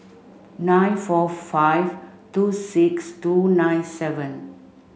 nine four five two six two nine seven